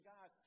God